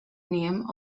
name